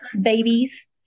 babies